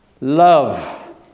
love